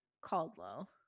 Caldwell